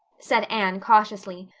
said anne cautiously,